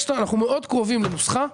אנחנו מאוד קרובים לנוסחה,